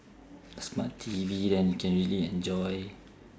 a smart T_V then you can really enjoy